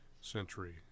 century